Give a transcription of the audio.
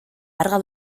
larga